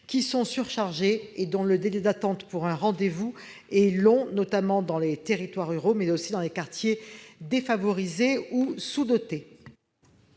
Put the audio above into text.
qui sont surchargés, sachant en outre que les délais d'attente pour obtenir un rendez-vous sont longs, notamment dans les territoires ruraux, mais aussi dans les quartiers défavorisés ou sous-dotés.